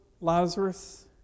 Lazarus